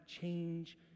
change